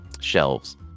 shelves